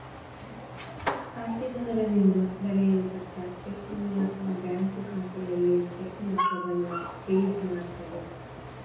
ಖಾತೆದಾರರಿಂದ ಬರೆಯಲ್ಪಟ್ಟ ಚೆಕ್ ಮೂಲಕ ಬ್ಯಾಂಕು ಖಾತೆಯಲ್ಲಿ ಚೆಕ್ ಮೊತ್ತವನ್ನ ಫ್ರೀಜ್ ಮಾಡ್ತದೆ